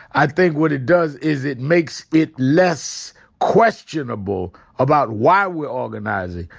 i think what it does is it makes it less questionable about why we're organizing.